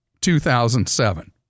2007